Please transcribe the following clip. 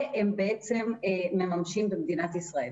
והם בעצם מממשים במדינת ישראל.